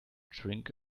drink